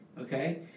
okay